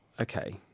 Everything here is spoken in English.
okay